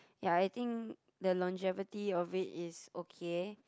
ya I think the longevity of it is okay